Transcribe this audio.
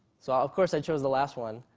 so of course i chose the last one,